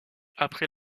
après